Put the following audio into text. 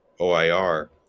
OIR